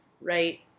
right